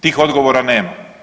Tih odgovora nema.